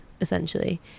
essentially